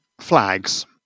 flags